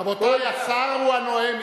רבותי, השר הוא הנואם.